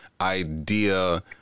idea